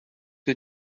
que